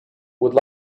would